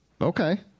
Okay